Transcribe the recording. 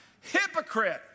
hypocrite